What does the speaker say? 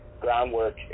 groundwork